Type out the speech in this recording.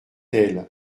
elle